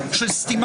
האם נחסמו